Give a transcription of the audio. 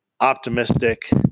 optimistic